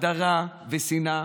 מהדרה ומשנאה,